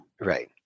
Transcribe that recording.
Right